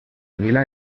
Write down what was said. vilà